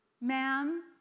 ma'am